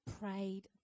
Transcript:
prayed